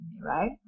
right